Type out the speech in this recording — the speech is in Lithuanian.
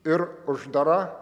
ir uždara